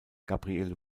gabriele